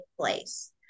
place